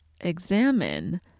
examine